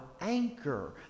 anchor